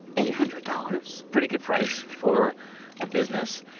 eight hundred dollars pretty good price for a business.